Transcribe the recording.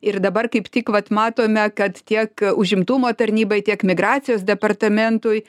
ir dabar kaip tik vat matome kad tiek užimtumo tarnybai tiek migracijos departamentui